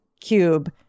cube